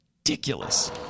Ridiculous